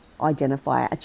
identify